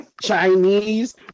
Chinese